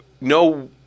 no